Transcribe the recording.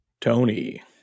tony